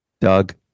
Doug